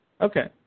Okay